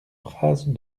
phrases